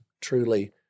truly